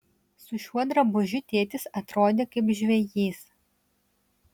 su šiuo drabužiu tėtis atrodė kaip žvejys